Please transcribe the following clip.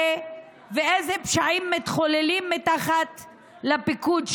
ואיזה פשעים מתחוללים מתחת לפיקוד שלהם.